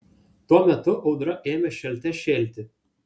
tuo metu audra ėmė šėlte šėlti